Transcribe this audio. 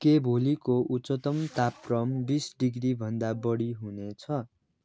के भोलिको उच्चतम तापक्रम बिस डिग्रीभन्दा बढी हुनेछ